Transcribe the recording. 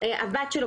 הבת שלו,